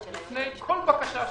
לפני כל בקשה שלהם,